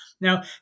Now